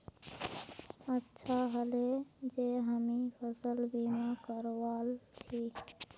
अच्छा ह ले जे हामी फसल बीमा करवाल छि